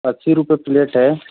अस्सी रुपये प्लेट है